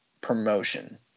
promotion